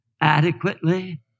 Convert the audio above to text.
adequately